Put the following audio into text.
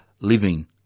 Living